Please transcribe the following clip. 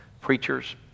preachers